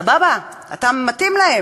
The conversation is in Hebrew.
סבבה, אתה מתאים להן,